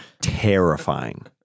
terrifying